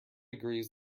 agrees